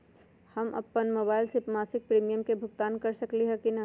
हम अपन मोबाइल से मासिक प्रीमियम के भुगतान कर सकली ह की न?